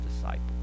disciple